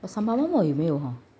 sembawang 的没有没有啊